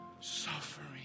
Suffering